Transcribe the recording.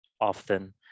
often